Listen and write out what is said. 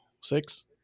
Six